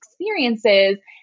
experiences